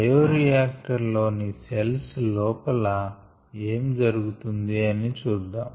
bioreactor లో ని cells లోపల ఏమి జరుగుతుంది అని చూద్దాం